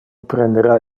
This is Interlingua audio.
prendera